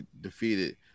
defeated